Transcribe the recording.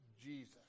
Jesus